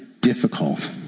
difficult